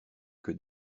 que